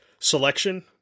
selection